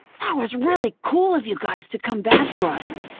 that was really cool of you guys to come back for us.